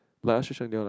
like ask they all like